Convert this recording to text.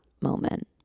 moment